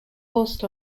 forced